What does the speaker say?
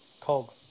cog